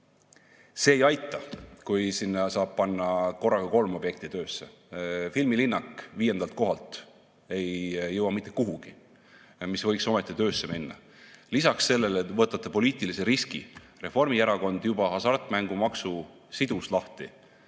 see ei aita, kui korraga saab panna kolm objekti töösse. Filmilinnak viiendalt kohalt ei jõua mitte kuhugi, aga see võiks ometi töösse minna. Lisaks sellele te võtate poliitilise riski. Reformierakond hasartmängumaksu juba sidus lahti